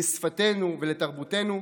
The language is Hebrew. לשפתנו ולתרבותנו,